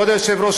כבוד היושב-ראש,